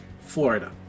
Florida